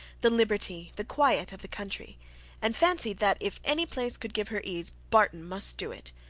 the liberty, the quiet of the country and fancied that if any place could give her ease, barton must do it.